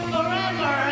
Forever